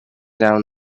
down